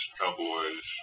cowboys